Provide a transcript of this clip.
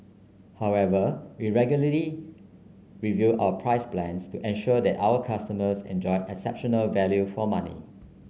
however we regularly review our price plans to ensure that our customers enjoy exceptional value for money